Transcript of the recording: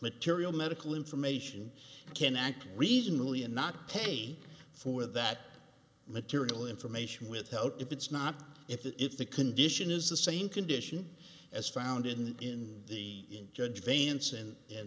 material medical information can act reasonably and not pay for that material information without if it's not if the if the condition is the same condition as found in the judge vance and